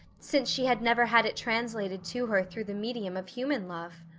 since she had never had it translated to her through the medium of human love.